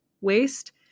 waste